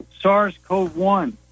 SARS-CoV-1